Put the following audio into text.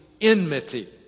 enmity